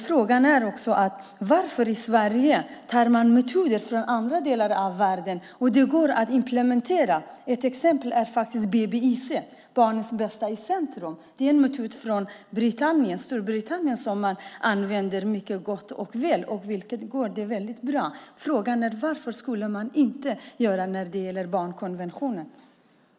Frågan är också: Varför tar man i Sverige metoder från andra delar av världen och implementerar dem? Ett exempel är BBIC, barnens behov i centrum. Det är en metod från Storbritannien som man använder med gott resultat. Det går väldigt bra. Frågan är: Varför kan man inte göra det när det gäller barnkonventionen?